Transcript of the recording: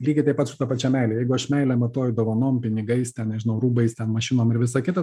lygiai taip pat su ta pačia meile jeigu aš meilę matuoju dovanom pinigais ten nežinau rūbais ten mašinom ir visa kita